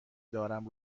دارم